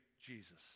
Jesus